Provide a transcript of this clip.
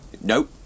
Nope